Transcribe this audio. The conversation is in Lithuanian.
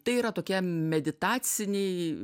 tai yra tokie meditaciniai